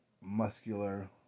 muscular